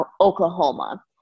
Oklahoma